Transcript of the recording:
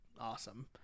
awesome